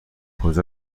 کجا